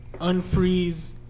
unfreeze